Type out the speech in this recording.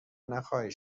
نخواهی